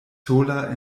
sola